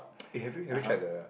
eh have you ever tried the